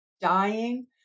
dying